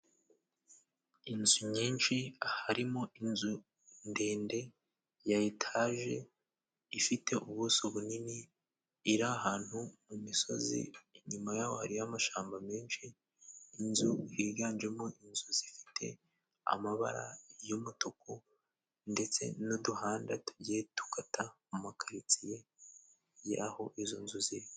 Inzu nyinshi, harimo inzu ndende ya etaje, ifite ubuso bunini, iri ahantu mu misozi. Inyuma yaho, hari amashyamba menshi. Inzu higanjemo inzu zifite amabara y'umutuku, ndetse n'uduhanda tugiye dukata mu makaritsiye y'aho izo nzu ziri.